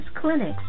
clinics